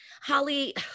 Holly